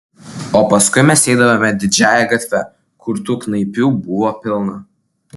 o paskui mes eidavome didžiąja gatve kur tų knaipių buvo pilna